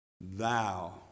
Thou